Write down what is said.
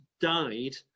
died